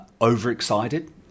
overexcited